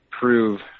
prove